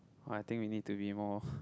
alright I think we need to be more